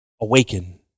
awaken